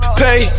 pay